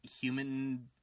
human